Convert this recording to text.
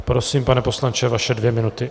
Prosím, pane poslanče, vaše dvě minuty.